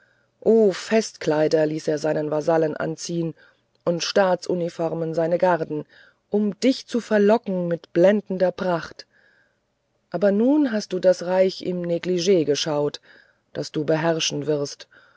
festkleider ließ er seine vasallen anziehen und staatsuniformen seine garden um dich zu verlocken mit blendender pracht aber nun hast du das reich im neglig geschaut das du beherrschen wirst